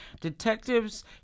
detectives